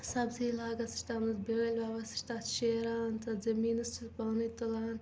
سبزی لاگان سۄ چھِ تتھ منٛز بیٲلۍ ووان سۄ چھِ تتھ شیران تتھ زمیٖنس چھِ سۄ پانے تُلان